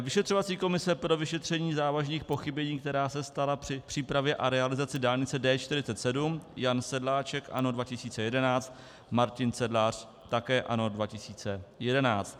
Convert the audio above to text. Vyšetřovací komise pro vyšetření závažných pochybení, která se stala při přípravě a realizaci dálnice D47, Jan Sedláček, ANO 2011, Martin Sedlář, také ANO 2011.